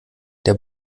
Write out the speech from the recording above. der